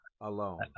alone